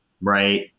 right